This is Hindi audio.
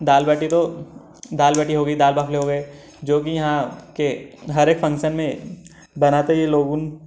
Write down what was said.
दाल बाटी तो दाल बाटी हो गई दाल बाफले हो गए जो कि यहाँ के हर एक फंसन में बनाते हुए लोग उन